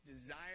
desire